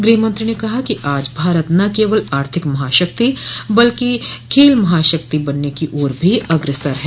गृहमंत्री ने कहा कि आज भारत न केवल आर्थिक महाशक्ति बल्कि खेल महाशक्ति बनने की ओर भी अग्रसर है